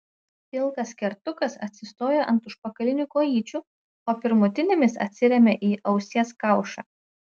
pilkas kertukas atsistoja ant užpakalinių kojyčių o pirmutinėmis atsiremia į ausies kaušą